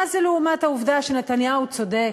מה זה לעומת העובדה שנתניהו צודק?